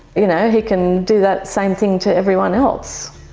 you know, he can do that same thing to everyone else.